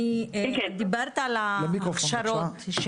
דיברת על ההכשרות,